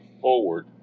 forward